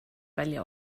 välja